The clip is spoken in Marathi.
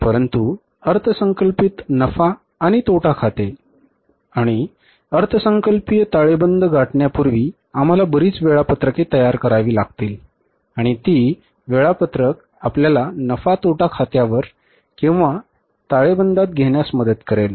परंतु अर्थसंकल्पित नफा आणि तोटा खाते आणि अर्थसंकल्पीय ताळेबंद गाठण्यापूर्वी आम्हाला बरीच वेळापत्रके तयार करावे लागतील आणि ती वेळापत्रक आपल्याला नफा तोटा खात्यावर आणि ताळेबंदात घेण्यास मदत करेल